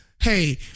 Hey